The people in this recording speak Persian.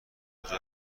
کجا